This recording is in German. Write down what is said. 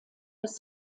des